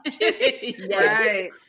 Right